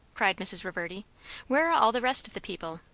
cried mrs. reverdy where are all the rest of the people?